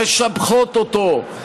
משבחות אותו,